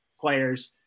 players